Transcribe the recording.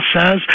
says